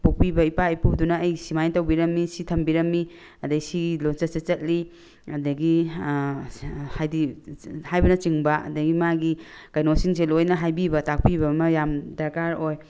ꯄꯣꯛꯄꯤꯕ ꯏꯄꯥ ꯏꯄꯨꯗꯨꯅ ꯑꯩꯁꯤ ꯁꯨꯃꯥꯏꯅ ꯇꯧꯕꯤꯔꯝꯃꯤ ꯁꯤ ꯊꯝꯕꯤꯔꯝꯃꯤ ꯑꯗꯒꯤ ꯁꯤ ꯂꯣꯟꯆꯠꯁꯤ ꯆꯠꯂꯤ ꯑꯗꯒꯤ ꯍꯥꯏꯕꯗꯤ ꯍꯥꯏꯕꯅ ꯆꯤꯡꯕ ꯑꯗꯒꯤ ꯃꯥꯒꯤ ꯀꯩꯅꯣ ꯁꯤꯡꯁꯦ ꯂꯣꯏꯅ ꯍꯥꯏꯕꯤꯕ ꯇꯥꯛꯄꯤꯕ ꯑꯃ ꯌꯥꯝ ꯗꯔꯀꯥꯔ ꯑꯣꯏ